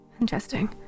Interesting